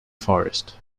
forest